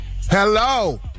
Hello